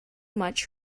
much